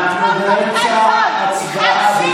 אנחנו באמצע הצבעה.